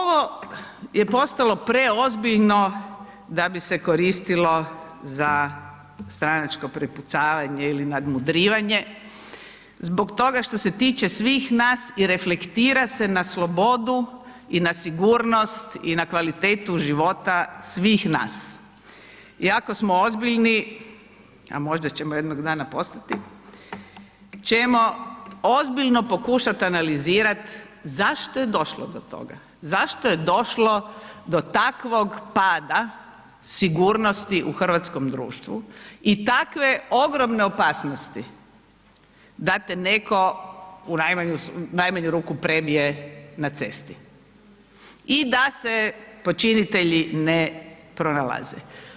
Ovo je postalo preozbiljno da bi se koristilo za stranačko prepucavanje ili nadmudrivanje, zbog toga što se tiče svih nas i reflektira se na slobodu i na sigurnost i na kvalitetu života svih nas i ako smo ozbiljni, a možda ćemo jednog dana postati, ćemo ozbiljno pokušat analizirat zašto je došlo do toga, zašto je došlo do takvog pada sigurnosti u hrvatskom društvu i takve ogromne opasnosti da te netko u najmanju ruku prebije na cesti i da se počinitelji ne pronalaze.